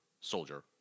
Soldier